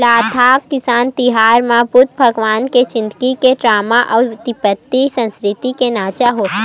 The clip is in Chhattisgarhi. लद्दाख किसान तिहार म बुद्ध भगवान के जिनगी के डरामा अउ तिब्बती संस्कृति के नाचा होथे